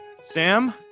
Sam